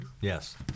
Yes